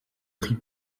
prix